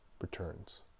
returns